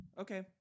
Okay